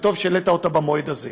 וטוב שהעלית אותה במועד הזה.